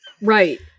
right